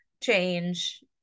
change